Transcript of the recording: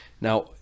now